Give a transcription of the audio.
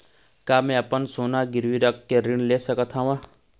का मैं अपन सोना गिरवी रख के ऋण ले सकत हावे?